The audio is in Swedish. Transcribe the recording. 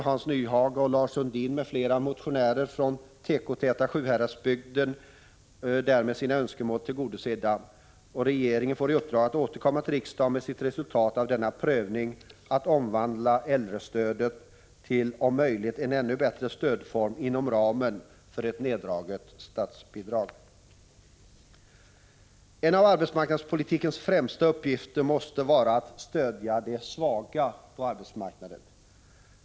Hans Nyhage och Lars Sundin m.fl. motionärer från den tekotäta Sjuhäradsbygden får därmed sina önskemål tillgodosedda, och regeringen får i uppdrag att återkomma till riksdagen med sitt resultat av denna prövning att omvandla äldrestödet till om möjligt en ännu bättre stödform inom ramen för ett neddraget statsbidrag. En av arbetsmarknadspolitikens främsta uppgifter måste vara att stödja de svaga på arbetsmarknaden.